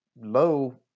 low